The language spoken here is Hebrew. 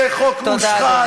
זה חוק מושחת.